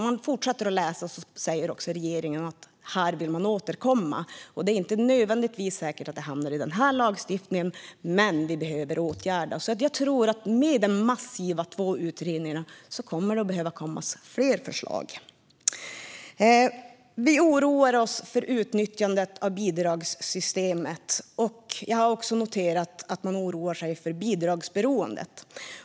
Om man fortsätter att läsa i förslaget säger regeringen att man vill återkomma här. Det är inte säkert att det hamnar i den här lagstiftningen, men det behöver åtgärdas. Med de två massiva utredningarna behöver det komma fler förslag. Vi oroar oss över utnyttjandet av bidragssystemet. Jag har också noterat att man oroar sig över bidragsberoendet.